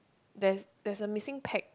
there's there's a missing pack